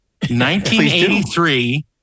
1983